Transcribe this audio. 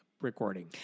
recording